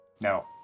No